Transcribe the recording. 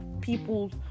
people